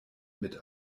mit